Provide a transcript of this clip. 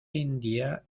india